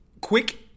quick